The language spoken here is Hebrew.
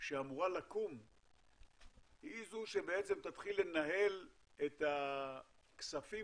שאמורה לקום היא זו שתתחיל לנהל את הכספים